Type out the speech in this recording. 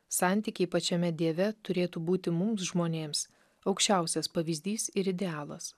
santykiai pačiame dieve turėtų būti mums žmonėms aukščiausias pavyzdys ir idealas